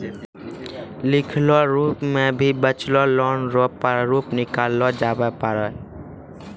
लिखलो रूप मे भी बचलो लोन रो प्रारूप निकाललो जाबै पारै